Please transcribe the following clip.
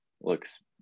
looks